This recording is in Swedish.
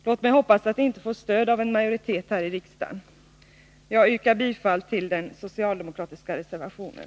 Låt mig hoppas att det inte får stöd av en majoritet här i riksdagen. Jag vill yrka bifall den socialdemokratiska reservationen.